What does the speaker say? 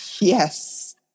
Yes